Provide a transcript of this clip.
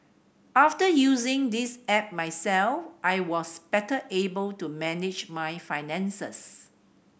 after using this app myself I was better able to manage my finances